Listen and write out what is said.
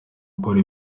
gukora